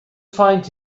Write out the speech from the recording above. find